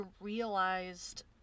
realized